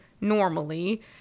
normally